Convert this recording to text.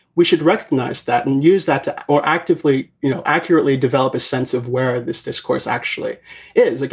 we should recognize that and use that to or actively, you know, accurately develop a sense of where this discourse actually is like